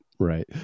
Right